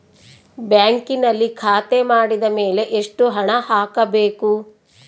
ಬ್ಯಾಂಕಿನಲ್ಲಿ ಖಾತೆ ಮಾಡಿದ ಮೇಲೆ ಎಷ್ಟು ಹಣ ಹಾಕಬೇಕು?